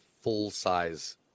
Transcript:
full-size